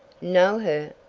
know her?